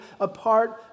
apart